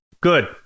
Good